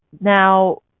now